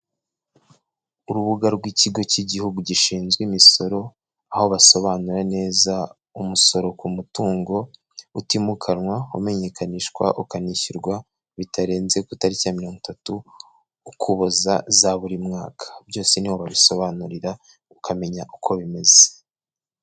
Urubuga rw'ikigo cy'igihugu gishinzwe imisoro aho basobanura neza umusoro ku mutungo utimukanwa umenyekanishwa ukanishyurwa bitarenze ku itariki ya mirongo itatu ukuboza za buri mwaka byose ni ho babisobanurira ukamenya uko bimeze.